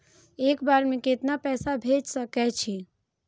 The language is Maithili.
एक बेर में केतना पैसा भेज सके छी?